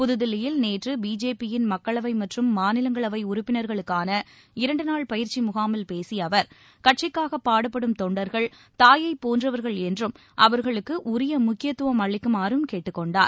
புதுதில்லியில் நேற்று பிஜேபியின் மக்களவை மற்றும் மாநிலங்களவை உறுப்பினர்களுக்கான இரண்டுநாள் பயிற்சி முகாமில் பேசிய அவர் கட்சிக்காக பாடுபடும் தொண்டர்கள் தாயைப் போன்றவர்கள் என்றும் அவர்களுக்கு உரிய முக்கியத்துவம் அளிக்குமாறும் கேட்டுக் கொண்டார்